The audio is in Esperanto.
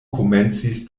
komencis